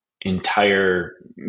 entire